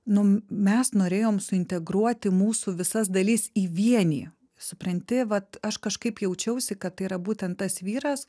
nu mes norėjom suintegruoti mūsų visas dalis į vienį supranti vat aš kažkaip jaučiausi kad tai yra būtent tas vyras